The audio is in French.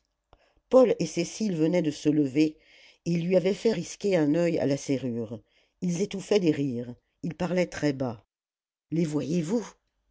paul et cécile venaient de se lever et il lui avait fait risquer un oeil à la serrure ils étouffaient des rires ils parlaient très bas les voyez-vous